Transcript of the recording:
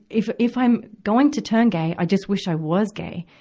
if if i'm going to turn gay, i just wish i was gay,